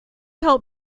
help